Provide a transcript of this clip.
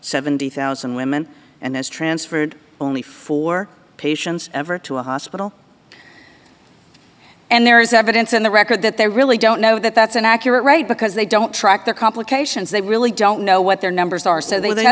seventy thousand women and that's transferred only four patients ever to a hospital and there is evidence in the record that they really don't know that that's an accurate right because they don't track the complications they really don't know what their numbers are so they